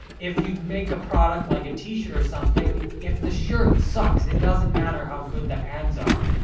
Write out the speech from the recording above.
if you make a product like a t-shirt or something, if the shirt sucks, it doesn't matter how good the ads are.